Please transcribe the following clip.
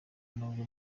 nubwo